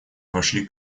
вошли